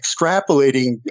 extrapolating